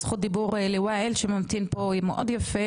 דיבור לוואאיל שממתין פה מאד יפה.